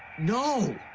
no.